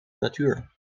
natuur